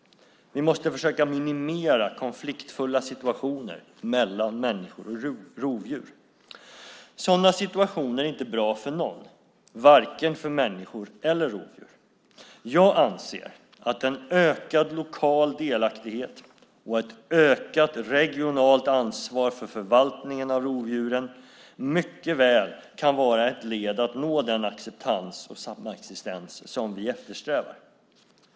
Vi måste försöka minimera konfliktfulla situationer mellan människor och rovdjur. Sådana situationer är inte bra för någon part - varken för människor eller för rovdjur! Jag anser att en ökad lokal delaktighet och ett ökat regionalt ansvar för förvaltningen av rovdjuren mycket väl kan vara ett led i att nå den acceptans och samexistens som vi eftersträvar.